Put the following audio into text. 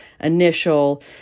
initial